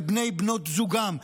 לבני ובנות זוגם,